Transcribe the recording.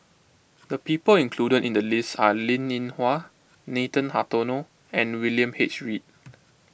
the people included in the list are Linn in Hua Nathan Hartono and William H Read